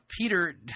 Peter